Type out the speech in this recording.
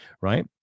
right